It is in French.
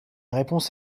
réponse